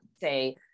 say